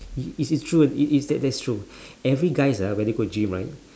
it it's it's true it is that that's true every guys ah when they go gym right